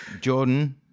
Jordan